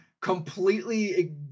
completely